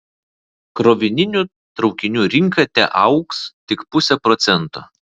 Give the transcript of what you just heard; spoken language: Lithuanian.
krovininių traukinių rinka teaugs tik puse procento